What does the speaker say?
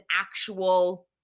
actual